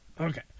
Okay